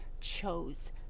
chose